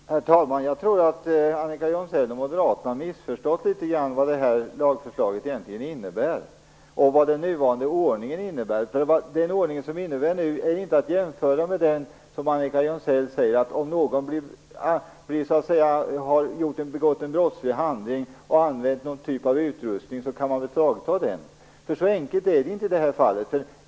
Herr talman! Jag tror att Annika Jonsell och moderaterna litet grand har missförstått vad lagförslaget egentligen innebär och vad den nuvarande ordningen innebär. Om någon har begått en brottslig handling och använt någon typ av utrustning kan man beslagta den. Men så enkelt är det inte i det här fallet.